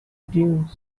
dune